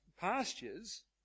pastures